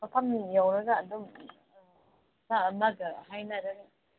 ꯃꯐꯝ ꯌꯧꯔꯒ ꯑꯗꯨꯝ ꯍꯥꯏꯅꯔꯒ